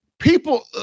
People